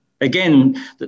again